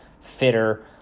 fitter